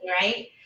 right